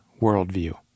worldview